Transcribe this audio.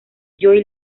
joey